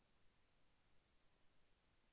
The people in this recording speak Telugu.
బ్యాంకులో ఒక సభ్యుడకు రెండు లోన్లు ఇస్తారా?